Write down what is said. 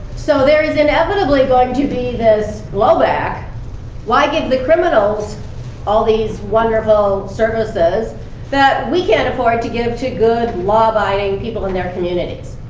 so there is inevitably going to be this blowback why give the criminals all these wonderful services we can't afford to give to good, law-abiding people in their communities?